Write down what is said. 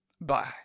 Bye